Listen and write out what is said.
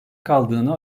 kaldığını